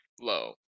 low